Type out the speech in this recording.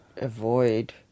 avoid